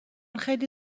خیلی